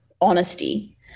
honesty